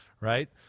right